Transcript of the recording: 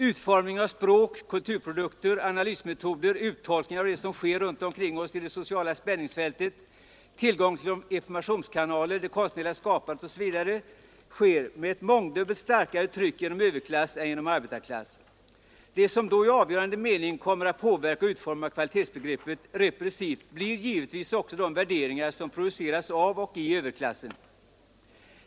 Utformningen av språk, kulturprodukter, analysmetoder, uttolkningar av det som sker runt omkring oss i det sociala spänningsfältet, tillgången till informationskanaler, det konstnärliga skapandet osv. sker med ett mångdubbelt starkare tryck inom överklass än inom arbetarklass. Det som då i avgörande mening kommer att påverka och utforma kvalitetsbegreppet repressivt blir givetvis också de värderingar som produceras av och i överklassen.